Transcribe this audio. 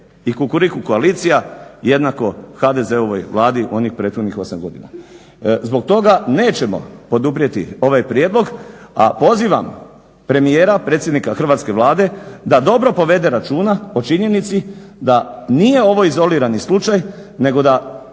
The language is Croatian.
i KUkuriku koalicija jednako HDZ-ovoj vladi onih prethodnih 8 godina. Zbog toga nećemo poduprijeti ovaj prijedlog, a pozivam premijera, predsjednika hrvatske Vlade da dobro povede računa o činjenici da nije ovo izolirani slučaj nego da